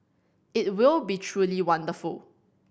it will be truly wonderful